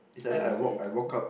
it's either I walk I walk up